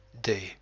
day